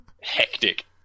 Hectic